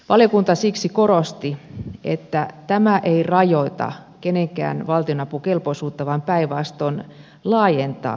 valiokunta siksi korosti että tämä ei rajoita kenenkään valtionapukelpoisuutta vaan päinvastoin laajentaa sitä